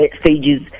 stages